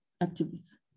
activities